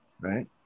right